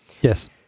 Yes